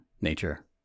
nature